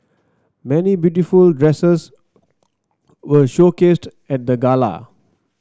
many beautiful dresses were showcased at the gala